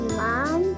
mom